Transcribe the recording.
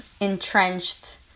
entrenched